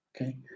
Okay